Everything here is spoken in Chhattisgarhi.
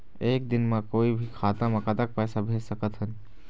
एक दिन म कोई भी खाता मा कतक पैसा भेज सकत हन?